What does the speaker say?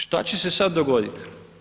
Što će se sad dogoditi?